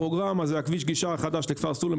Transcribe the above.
פרוגרמה זה כביש הגישה החדש לכפר סולם,